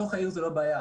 בתוך העיר זו לא בעיה.